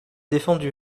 défendu